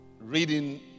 reading